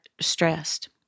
stressed